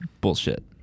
bullshit